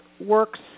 works